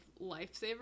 Lifesaver